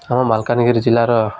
ଆମ ମାଲକାନଗିରି ଜିଲ୍ଲାର